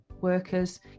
workers